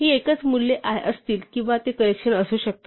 ही एकच मूल्ये असतील किंवा ते कलेक्शन असू शकतात